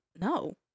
no